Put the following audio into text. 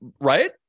right